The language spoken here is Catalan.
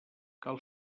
cal